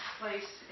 place